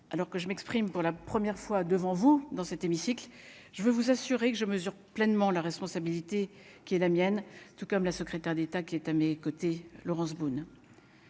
alors que je m'exprime pour la première fois devant vous dans cet hémicycle, je peux vous assurer que je mesure pleinement la responsabilité qui est la mienne, tout comme la secrétaire d'État, qui est à mes côtés, Laurence Boone.